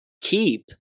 keep